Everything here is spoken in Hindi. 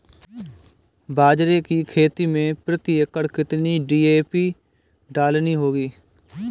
बाजरे की खेती में प्रति एकड़ कितनी डी.ए.पी डालनी होगी?